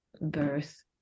birth